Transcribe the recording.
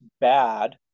bad